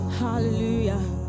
hallelujah